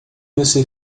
você